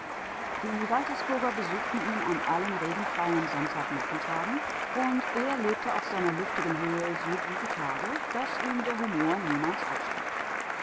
die waltersburger besuchten ihn an allen regenfreien sonntagnachmittagen und er lebte auf seiner luftigen höhe so gute tage daß ihm der humor niemals ausging